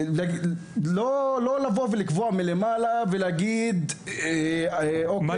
שצריך לבוא מלמעלה ולהגיד --- אז אני שואל את דעתך,